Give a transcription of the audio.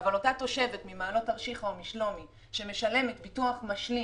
אבל אותה תושבת ממעלות תרשיחא או משלומי שמשלמת ביטוח משלים